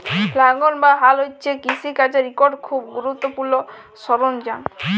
লাঙ্গল বা হাল হছে কিষিকাজের ইকট খুব গুরুত্তপুর্ল সরল্জাম